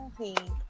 okay